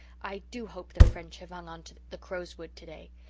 i do hope the french have hung onto the crow's wood today,